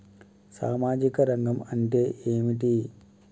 సామాజిక రంగం అంటే ఏమిటి?